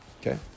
Okay